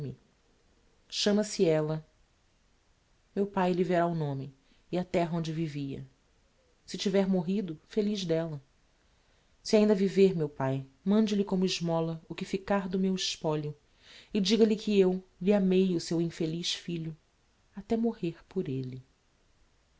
chama-se ella meu pai lhe verá o nome e a terra onde vivia se tiver morrido feliz d'ella se ainda viver meu pai mande lhe como esmola o que ficar do meu espolio e diga-lhe que eu lhe amei o seu infeliz filho até morrer por elle